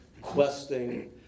questing